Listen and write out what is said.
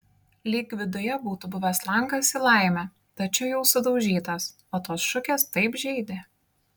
lyg viduje būtų buvęs langas į laimę tačiau jau sudaužytas o tos šukės taip žeidė